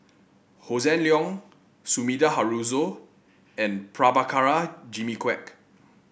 Hossan Leong Sumida Haruzo and Prabhakara Jimmy Quek